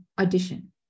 audition